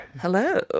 Hello